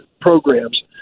programs